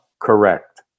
correct